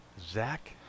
Zach